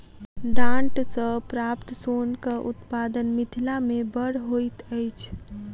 डांट सॅ प्राप्त सोनक उत्पादन मिथिला मे बड़ होइत अछि